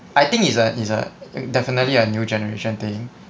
I think is a is a definitely a new generation thing